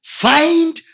find